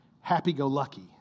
happy-go-lucky